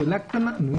שאלה קטנה, נו.